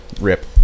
Rip